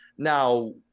Now